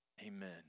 Amen